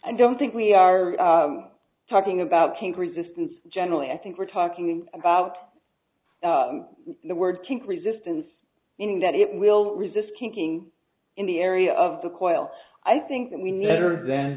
i don't think we are talking about kink resistance generally i think we're talking about the word kink resistance in that it will resist kicking in the area of the coil i think that we never then